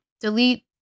delete